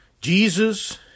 Jesus